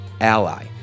Ally